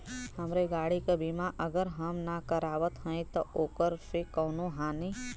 हमरे गाड़ी क बीमा अगर हम ना करावत हई त ओकर से कवनों हानि?